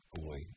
boy